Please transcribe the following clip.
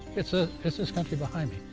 it's ah it's this country behind me.